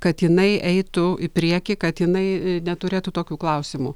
kad jinai eitų į priekį kad jinai neturėtų tokių klausimų